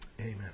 Amen